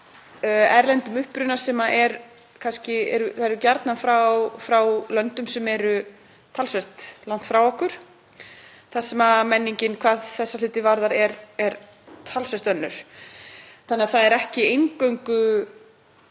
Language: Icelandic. erlendum uppruna sem eru gjarnan frá löndum sem eru talsvert langt frá okkur þar sem menningin hvað þessa hluti varðar er talsvert önnur. Það er ekki eingöngu